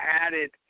added